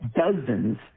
dozens